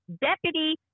deputy